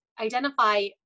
identify